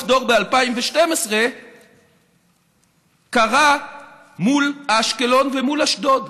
דור ב-2012 קרה מול אשקלון ומול אשדוד.